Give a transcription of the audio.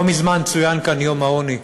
לא מזמן צוין כאן יום העוני,